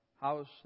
house